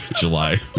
July